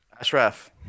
Ashraf